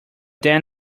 then